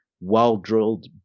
well-drilled